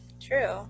True